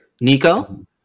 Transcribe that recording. Nico